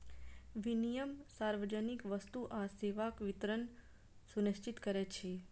विनियम सार्वजनिक वस्तु आ सेवाक वितरण सुनिश्चित करै छै